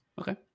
Okay